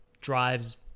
drives